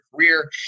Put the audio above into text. career